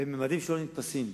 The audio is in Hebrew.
בממדים שלא נתפסים.